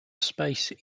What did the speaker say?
space